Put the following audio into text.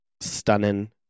stunning